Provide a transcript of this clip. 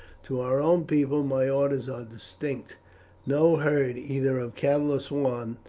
to our own people my orders are distinct no herd, either of cattle or swine,